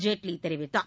ஜேட்லி தெரிவித்தார்